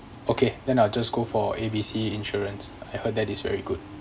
okay then I'll just go for A B C insurance I heard that is very good